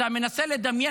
אתה מנסה לדמיין.